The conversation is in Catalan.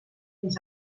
fins